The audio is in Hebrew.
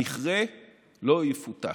המכרה לא יפותח.